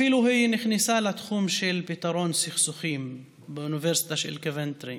היא אפילו נכנסה לתחום של פתרון סכסוכים באוניברסיטת קובנטרי,